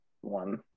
one